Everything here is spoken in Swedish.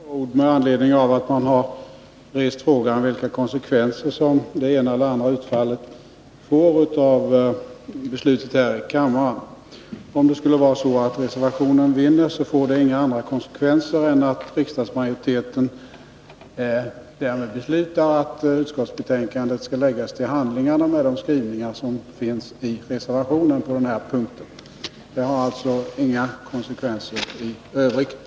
Fru talman! Jag vill säga ett par ord med anledning av att man har rest frågan vilka konsekvenser som det ena eller andra utfallet av beslutet här i kammaren får. Om reservationen vinner, får det inga andra konsekvenser än att riksdagsmajoriteten därmed beslutar att utskottsbetänkandet skall läggas till handlingarna med de skrivningar som finns i reservationen på den här punkten. Det har alltså inga konsekvenser i övrigt.